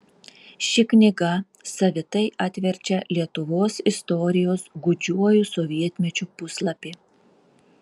ši knyga savitai atverčia lietuvos istorijos gūdžiuoju sovietmečiu puslapį